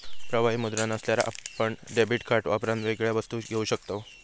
प्रवाही मुद्रा नसल्यार आपण डेबीट कार्ड वापरान वेगवेगळ्या वस्तू घेऊ शकताव